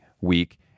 week